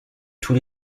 tous